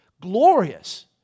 glorious